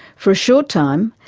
for a short time,